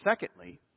Secondly